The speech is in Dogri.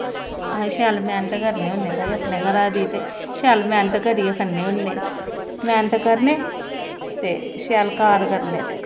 तोलने गी चकाने गी उत्थें बी ओह् मनमानी दा रेट लांदे नै गौरमैंट दा भा इक्की सौ ऐ ओह् असें कोई दो सौ रपेआ